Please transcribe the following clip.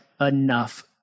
enough